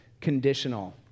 conditional